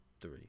three